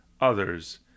others